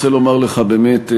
אני רוצה לומר לך באמת,